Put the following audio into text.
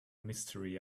mystery